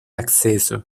acceso